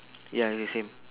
ya is same